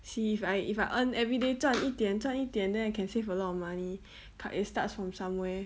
see if I if I earn everyday 赚一点赚一点 then I can save a lot of money but it starts from somewhere